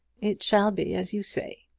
it shall be as you say.